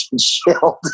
shield